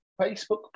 Facebook